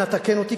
אנא תקן אותי,